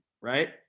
right